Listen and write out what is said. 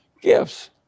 gifts